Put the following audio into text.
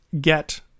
get